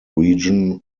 region